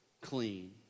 clean